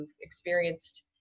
experienced